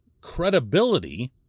credibility